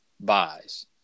buys